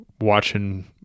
watching